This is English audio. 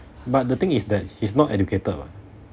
but the thing is that he's not educated [what]